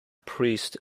priest